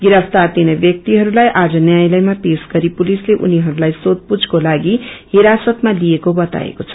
गिरफ्तार तोनै ब्यक्तिहरूलाई आज न्यायालयमा पेश गरी पुलिसले उनिहरूलाई सोषपूछको लागि हिरासतमा लिएको बताएको छ